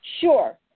Sure